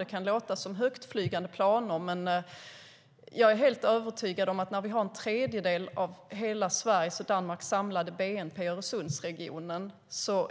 Det kan låta som högtflygande planer, men jag är helt övertygad om att när en tredjedel av hela Sveriges och Danmarks samlade bnp finns i Öresundsregionen